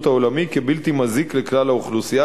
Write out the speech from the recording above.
העולמי כבלתי מזיק לכלל האוכלוסייה,